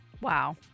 Wow